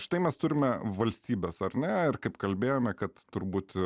štai mes turime valstybes ar ne ir kaip kalbėjome kad turbūt